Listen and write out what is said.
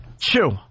Chew